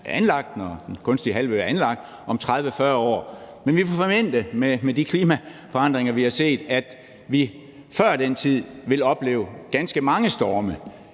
er anlagt, når den kunstige halvø er anlagt, altså om 30-40 år. Men vi kan forvente med de klimaforandringer, vi har set, at vi før den tid vil opleve ganske mange storme.